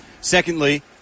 Secondly